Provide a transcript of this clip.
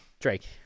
Drake